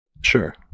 Sure